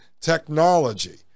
technology